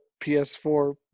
ps4